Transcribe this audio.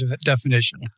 definition